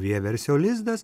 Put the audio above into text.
vieversio lizdas